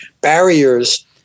barriers